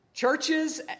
Churches